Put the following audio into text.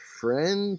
friend